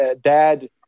dad